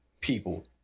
people